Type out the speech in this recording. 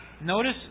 Notice